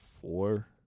Four